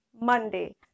Monday